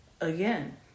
again